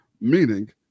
Meaning